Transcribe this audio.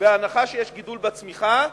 בהנחה שיש גידול בצמיחה,